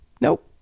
Nope